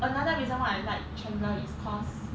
another reason why I like chandler is cause